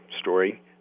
story